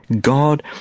God